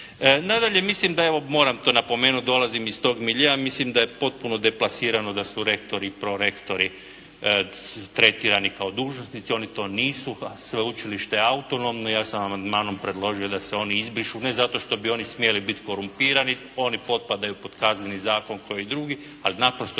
miljea, mislim da je potpuno deplasirano da su rektori, prorektori tretirani kao dužnosnici, oni to nisu, a sveučilište je autonomno i ja sam vam amandmanom predložio da se oni izbrišu, ne zato što bi oni smjeli biti korumpirani, oni potpadaju pod Kazneni zakon kao i drugi, ali naprosto nisu